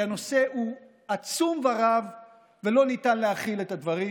כי הנושא הוא עצום ורב ולא ניתן להכיל את הדברים,